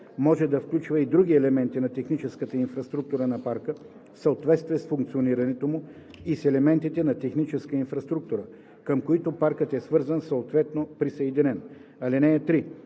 може да включва и други елементи на техническата инфраструктура на парка, в съответствие с функционирането му и с елементите на техническа инфраструктура, към които паркът е свързан, съответно присъединен. (3)